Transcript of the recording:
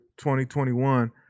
2021